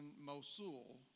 Mosul